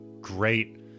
great